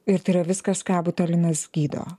ir tai yra viskas ką botulinas gydo